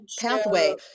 pathway